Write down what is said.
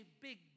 big